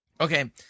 Okay